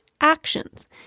actions